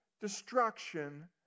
destruction